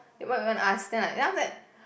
what you want to ask then like then after that